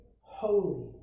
holy